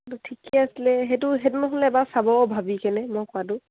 ঠিকে আছিলে সেইটো সেইটো নহ'লে এবাৰ চাব ভাবি কেনে মই কোৱাটো